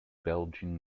belgian